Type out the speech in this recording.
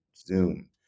zoom